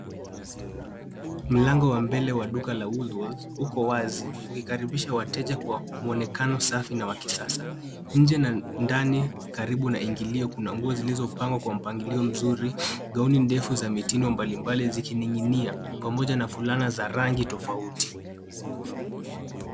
Mlango wa mbele wa duka la Woolworths uko wazi ukikaribisha wateja kwa mwonekano safi na wa kisasa. Nje na ndani karibu na ingilio kuna nguo zilizopangwa kwa mpangilio mzuri. Gauni ndefu za mtindo mbalimbali zikining'inia pamoja na fulana za rangi tofauti.